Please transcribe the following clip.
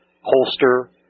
holster